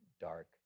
dark